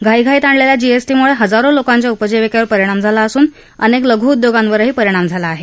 घाईघाईत आणलेल्या जीएसटीमुळे हजारो लोकांच्या उपजीविकेवर परिणाम झाला असून अनेक लघुउद्योगांवर परिणाम झाला आहे